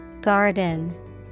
Garden